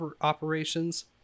operations